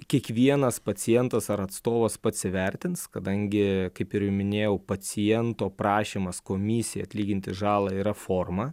kiekvienas pacientas ar atstovas pats įvertins kadangi kaip ir minėjau paciento prašymas komisijai atlyginti žalą yra forma